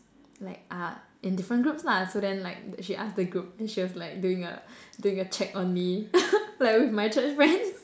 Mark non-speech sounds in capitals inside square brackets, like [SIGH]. like are in different groups lah so then like she asked the group then she was like doing a doing a check on me [LAUGHS] like with my church friends